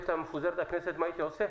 הייתה מפוזרת הכנסת את יודעת מה הייתי עושה?